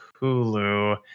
Hulu